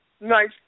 Nice